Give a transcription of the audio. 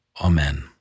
Amen